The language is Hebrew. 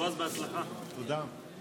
אדוני יושב-ראש הכנסת, כבוד ראש הממשלה המיועד,